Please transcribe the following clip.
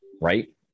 Right